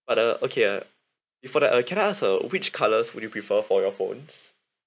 but the okay uh before that uh can I ask uh which colours would you prefer for your phones